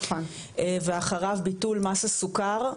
ואחריו ביטול מס הסוכר,